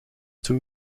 two